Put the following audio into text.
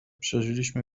przeżyliśmy